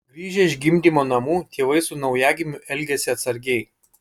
grįžę iš gimdymo namų tėvai su naujagimiu elgiasi atsargiai